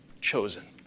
Chosen